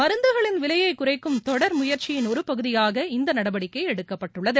மருந்துகளின் விலையை குறைக்கும் தொடர் முயற்சியின் ஒருபகுதியாக இந்த நடவடிக்கை எடுக்கப்பட்டுள்ளது